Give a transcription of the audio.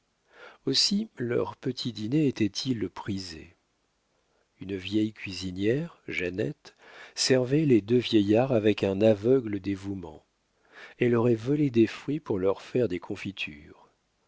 aussi leurs petits dîners étaient-ils prisés une vieille cuisinière jeannette servait les deux vieillards avec un aveugle dévouement elle aurait volé des fruits pour leur faire des confitures